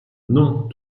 non